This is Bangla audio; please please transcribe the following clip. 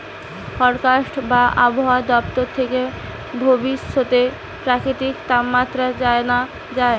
ফরকাস্ট বা আবহায়া দপ্তর থেকে ভবিষ্যতের প্রাকৃতিক তাপমাত্রা জানা যায়